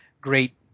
great